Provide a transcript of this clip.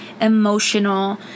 emotional